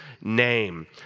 name